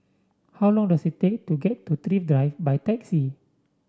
how long does it take to get to Thrift Drive by taxi